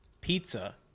Pizza